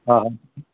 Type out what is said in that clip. हा